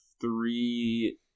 three